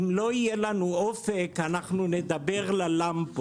אם לא יהיה לנו אופק, אנחנו נדבר ללמפות.